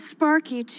Sparky